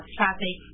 traffic